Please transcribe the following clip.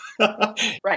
right